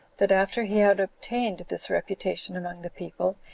that after he had obtained this reputation among the people,